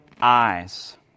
eyes